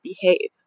behave